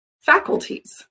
faculties